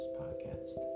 podcast